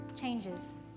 changes